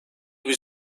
bir